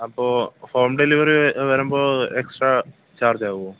അപ്പോൾ home delivery വരുമ്പോൾ extra ചാർജ്ജാകുമോ